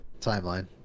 timeline